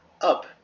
up